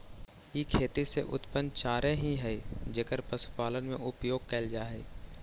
ई खेती से उत्पन्न चारे ही हई जेकर पशुपालन में उपयोग कैल जा हई